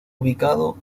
ubicado